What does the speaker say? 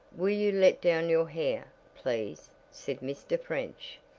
will you let down your hair, please, said mr. french,